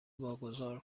واگذار